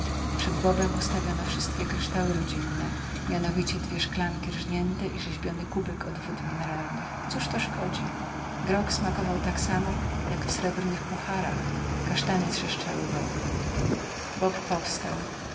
przed bobem ustawiono wszystkie kryształy rodzinne mianowicie dwie szklanki rznięte i rzeźbiony kubek od wód mineralnych cóż to szkodzi grog smakował tak samo jak w srebrnych puharach kasztany trzeszczały w ogniu bob powstał